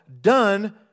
done